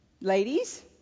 ladies